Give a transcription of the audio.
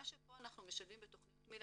מה שפה אנחנו משלבים בתכניות מיל"ה,